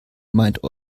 meint